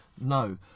No